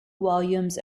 volumes